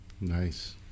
Nice